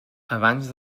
abans